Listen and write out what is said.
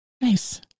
Nice